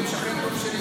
שכן טוב שלי,